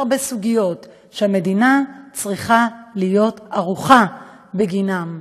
הרבה סוגיות שהמדינה צריכה להיות ערוכה בגינן.